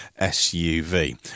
SUV